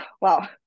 wow